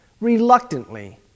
reluctantly